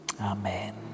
Amen